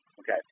Okay